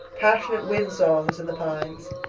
passionate wind-songs in the pines.